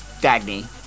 Dagny